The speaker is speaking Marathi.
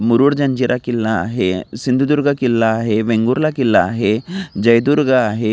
मुरूड जंजिरा किल्ला आहे सिंधुदुर्ग किल्ला आहे वेंगुर्ला किल्ला आहे जयदुर्ग आहे